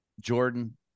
Jordan